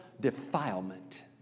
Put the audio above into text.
defilement